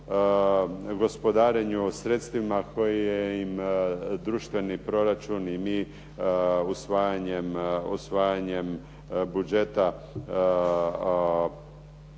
gospodarenju sredstvima koje im društveni proračun i mi usvajanjem budžeta